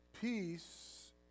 peace